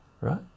Right